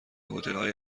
هتلهای